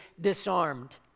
disarmed